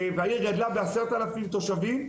והעיר גדלה ב-10,000 תושבים.